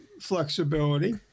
flexibility